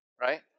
right